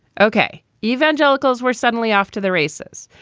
ok. evangelicals were suddenly off to the races.